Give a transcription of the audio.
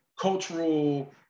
cultural